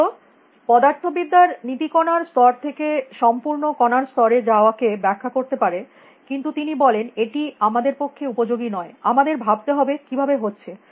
যদিও পদার্থবিদ্যার নীতি কণার স্তর থেকে সম্পুর্ন কণার স্তর এ যাওয়া কে ব্যাখ্যা করতে পারে কিন্তু তিনি বলেন এটি আমাদের পক্ষে উপযোগী নয় আমাদের ভাবতে হবে কিভাবে হচ্ছে